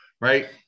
Right